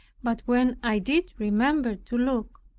but when i did remember to look,